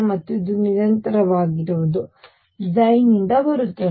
ಮತ್ತು ಇದು ನಿರಂತರವಾಗಿರುವುದು ನಿಂದ ಬರುತ್ತದೆ